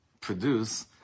produce